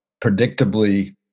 predictably